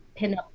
pinup